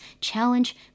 challenge